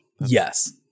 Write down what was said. Yes